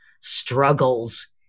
struggles